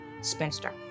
spinster